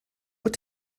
what